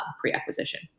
pre-acquisition